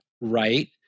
right